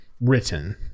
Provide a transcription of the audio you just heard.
written